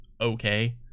okay